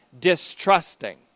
distrusting